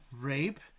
rape